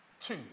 Two